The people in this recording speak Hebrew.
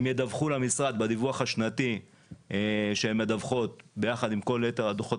הם ידווחו למשרד בדיווח השנתי שהן מדווחות ביחד עם כל יתר הדוחות